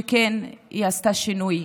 כן, היא עשתה שינוי,